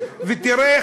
ותראו,